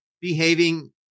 behaving